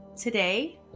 Today